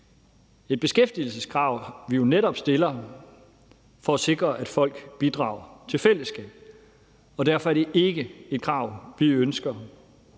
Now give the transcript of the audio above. et beskæftigelseskrav, vi jo netop stiller for at sikre, at folk bidrager til fællesskabet. Derfor er det ikke et krav, vi ønsker